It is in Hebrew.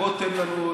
בוא ותן לנו,